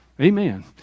Amen